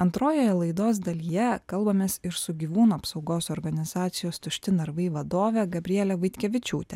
antrojoje laidos dalyje kalbamės ir su gyvūnų apsaugos organizacijos tušti narvai vadove gabriele vaitkevičiūte